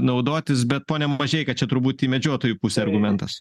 naudotis bet pone mažeika čia turbūt į medžiotojų pusę argumentas